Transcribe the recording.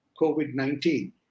COVID-19